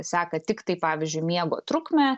seka tiktai pavyzdžiui miego trukmę